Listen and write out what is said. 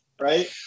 Right